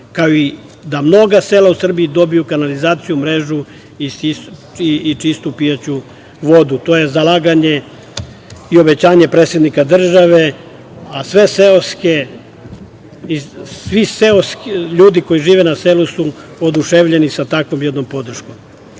kao i da mnoga sela u Srbiji dobiju kanalizacionu mrežu i čistu pijaću vodu. To je zalaganje i obećanje predsednika države, a sve seoske i ljudi koji žive na selu su oduševljeni sa takom jednom podrškom. Još